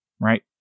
right